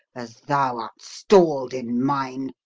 as thou art stall'd in mine!